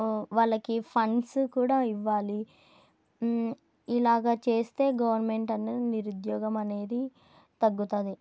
వాళ్ళకి ఫండ్స్ కూడా ఇవ్వాలి ఇలాగా చేస్తే గవర్నమెంట్ అనేది నిరుద్యోగం అనేది తగ్గుతది